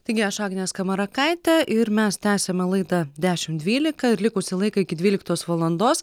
taigi aš agnė skamarakaitė ir mes tęsiame laidą dešim dvylika ir likusį laiką iki dvyliktos valandos